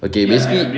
okay basically